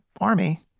army